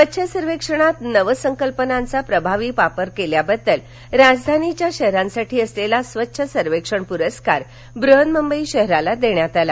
स्वच्छ सर्वेक्षणात नवसंकल्पनांचा प्रभावी वापर केल्याबद्दल राजधानीच्या शहरांसाठी असलेला स्वच्छ सर्वेक्षण प्रस्कार ब्रन्हमुंबई शहराला देण्यात आला